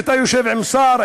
כשאתה יושב עם שר,